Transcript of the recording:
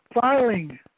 filing